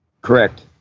Correct